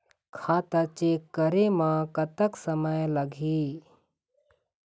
खाता चेक करे म कतक समय लगही?